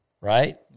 right